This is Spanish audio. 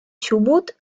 chubut